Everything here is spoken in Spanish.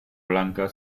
blanca